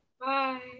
Bye